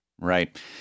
Right